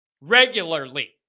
Regularly